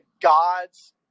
gods